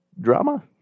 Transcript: drama